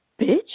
bitch